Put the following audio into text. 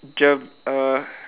germ~ err